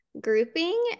grouping